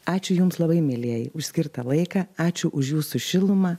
ačiū jums labai mielieji už skirtą laiką ačiū už jūsų šilumą